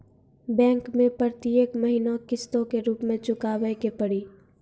Bank मैं प्रेतियेक महीना किस्तो के रूप मे चुकाबै के पड़ी?